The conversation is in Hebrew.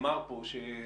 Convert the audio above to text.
נאמר פה שהנושא,